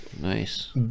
Nice